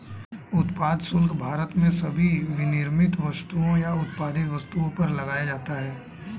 उत्पाद शुल्क भारत में सभी विनिर्मित वस्तुओं या उत्पादित वस्तुओं पर लगाया जाता है